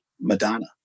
Madonna